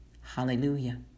Hallelujah